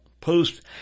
post